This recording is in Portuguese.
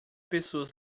pessoas